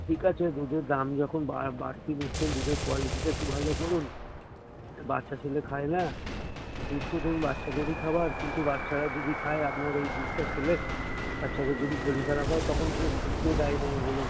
ঠিক আছে দুধের দাম যখন বা বাড়তি নিচ্ছেন দুধের কোয়ালিটিটা একটু ভালো করুন এ বাচ্চা ছেলে খায় না দুধ তো ধরুন বাচ্চাদেরই খাবার কিন্তু বাচ্চারা যদি খায় আপনার এই দুধটা খেলে বাচ্চাদের যদি শরীর খারাপ হয় তখন কে কে দায়ী নেবে বলুন